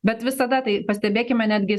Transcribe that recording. bet visada tai pastebėkime netgi